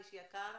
איש יקר,